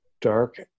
dark